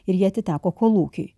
ir ji atiteko kolūkiui